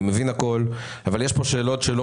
אני מבין הכול אבל יש כאן שאלות שלא